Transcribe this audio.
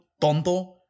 Tonto